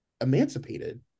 emancipated